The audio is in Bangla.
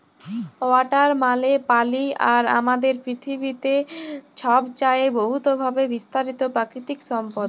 ওয়াটার মালে পালি আর আমাদের পিথিবীতে ছবচাঁয়ে বহুতভাবে বিস্তারিত পাকিতিক সম্পদ